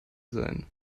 sein